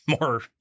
more